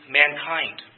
mankind